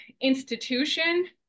institution